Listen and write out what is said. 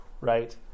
right